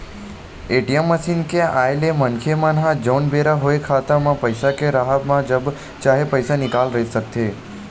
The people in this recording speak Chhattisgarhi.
ए.टी.एम मसीन के आय ले मनखे मन ह जउन बेरा होय खाता म पइसा के राहब म जब चाहे पइसा निकाल सकथे